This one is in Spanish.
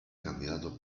candidato